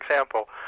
example,